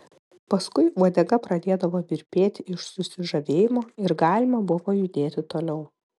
paskui uodega pradėdavo virpėti iš susižavėjimo ir galima buvo judėti toliau